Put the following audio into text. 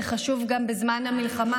זה חשוב גם בזמן המלחמה,